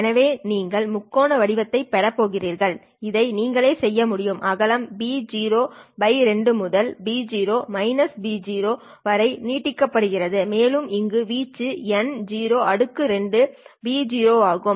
எனவே நீங்கள் முக்கோண வடிவத்தைப் பெறப் போகிறீர்கள் இதை நீங்களே செய்ய முடியும் அகலம் B02 முதல் B0 -B0 வரை நீட்டிக்கப்படுகிறது மேலும் இங்கே வீச்சு N02B0 ஆகும்